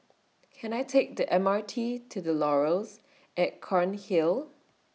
Can I Take The M R T to The Laurels At Cairnhill